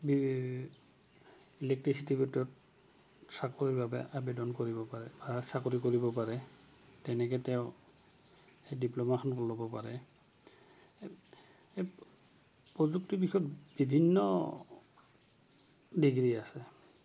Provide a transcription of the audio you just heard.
ইলেক্ট্ৰিচিটিৰ ব'ৰ্ডত চাকৰিৰ বাবে আবেদন কৰিব পাৰে বা চাকৰি কৰিব পাৰে তেনেকে তেওঁ সেই ডিপ্ল'মাখন ল'ব পাৰে এই প্ৰযুক্তি দিশত বিভিন্ন ডিগ্ৰী আছে